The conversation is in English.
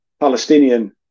Palestinian